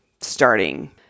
starting